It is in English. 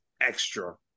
extra